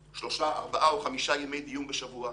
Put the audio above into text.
ארבעה או חמישה ימי דיון בשבוע.